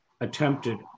attempted